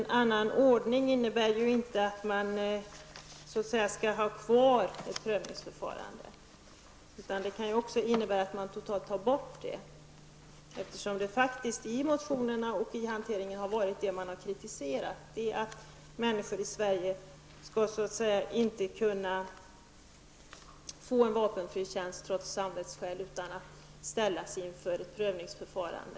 En annan ordning innebär ju inte att man skall ha kvar ett prövningsförfarande, utan det kan ju också innebära att man tar bort det totalt. Det man har kritiserat i motionerna är ju att människor i Sverige inte kan få en vapenfri tjänst, trots samvetsskäl, utan att ställas inför ett prövningsförfarande.